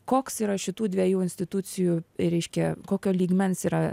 koks yra šitų dviejų institucijų reiškia kokio lygmens yra